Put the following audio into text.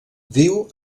viu